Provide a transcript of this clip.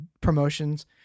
promotions